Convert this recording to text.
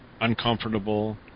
uncomfortable